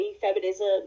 feminism